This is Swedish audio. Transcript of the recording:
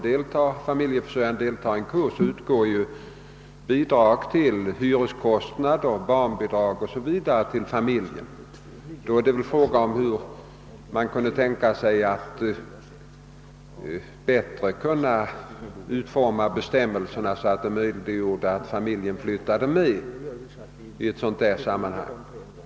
När familjeförsörjaren deltar i en kurs utgår ju bidrag för hyra till hustru och barn m.m. Frågan gäller hur man skulle kunna förbättra bestämmelserna så att även familjen kan få flyttningsbidrag.